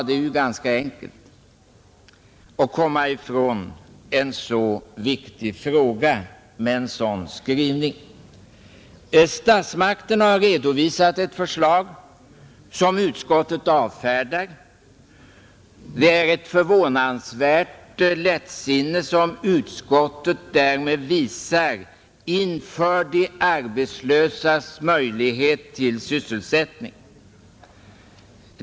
Det är ganska enkelt att komma ifrån en så viktig fråga med en sådan skrivning! Statsmakterna har redovisat ett förslag som utskottet avfärdar. Det är ett förvånansvärt lättsinne som utskottet därmed visar inför de arbetslösas möjligheter till sysselsättning.